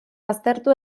baztertu